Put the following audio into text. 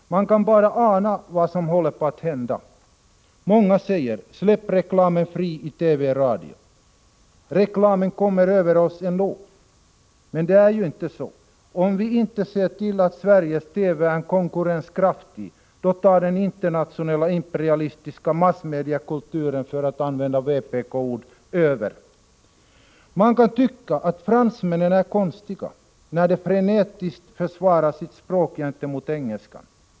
Man kan bara ana vad som håller på att hända. Många säger: Släpp reklamen fri i TV och radio, reklamen kommer över oss ändå. Men det är ju inte så. Om vi inte ser till att Sveriges TV är konkurrenskraftig, då tar den internationella imperialistiska massmediakulturen — för att använda ett vpk-ord — över. Man kan tycka att fransmännen är konstiga när de frenetiskt försvarar sitt språk gentemot engelskan.